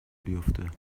بیفته